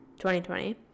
2020